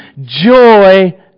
joy